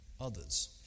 others